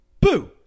Boo